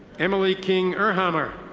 emilie king uhrhammer.